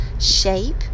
shape